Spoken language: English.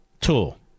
tool